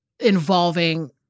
involving